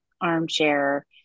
armchair